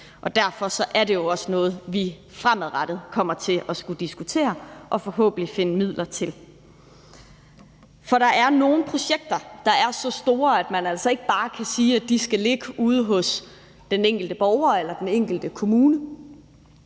Derfor er det jo også noget, vi fremadrettet kommer til at skulle diskutere og forhåbentlig finde midler til. For der er nogle projekter, der er så store, at man altså ikke bare kan sige, at de skal ligge ude hos den enkelte borger eller den enkelte kommune.